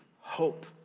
hope